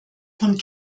von